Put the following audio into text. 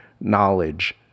knowledge